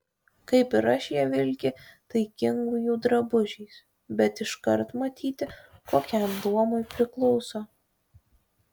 kaip ir aš jie vilki taikingųjų drabužiais bet iškart matyti kokiam luomui priklauso